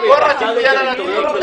כל רשות יהיה לה נציג.